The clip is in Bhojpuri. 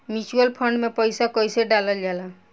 म्यूचुअल फंड मे पईसा कइसे डालल जाला?